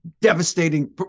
devastating